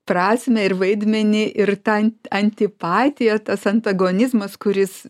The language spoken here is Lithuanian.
prasmę ir vaidmenį ir tą antipatiją tas antagonizmas kuris